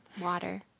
Water